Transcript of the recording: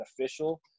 official